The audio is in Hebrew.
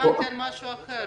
התכוונתי למשהו אחר.